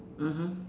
mmhmm